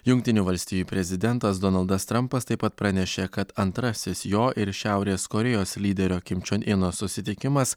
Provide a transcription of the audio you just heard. jungtinių valstijų prezidentas donaldas trampas taip pat pranešė kad antrasis jo ir šiaurės korėjos lyderio kim čion ino susitikimas